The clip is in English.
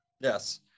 Yes